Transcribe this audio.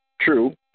True